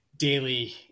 daily